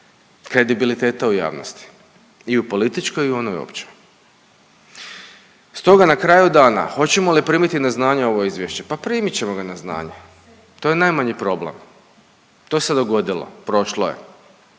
kredibiliteta u javnosti. I u političkoj i u onoj općoj. Stoga na kraju dana hoćemo li primiti na znanje ovo izvješće. Pa primit ćemo ga na znanje, to je najmanji problem. To se dogodilo, prošlo je,